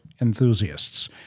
enthusiasts